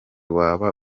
waba